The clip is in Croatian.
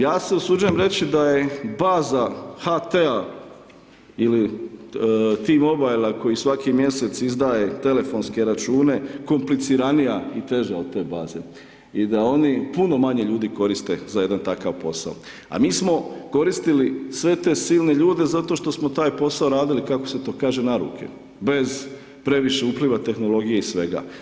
Ja se usuđujem reći da je baza HT-a ili T-mobile koji svaki mjesec izdaje telefonske račune, kompliciranija i teža od te baze i da oni puno manje koriste za jedan takav posao, a mi smo koristili sve te silne ljude zato što smo taj posao radili, kako se to kaže, na ruke, bez previše upliva tehnologije i svega.